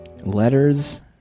Letters